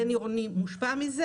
בין-עירוני, מושפע מזה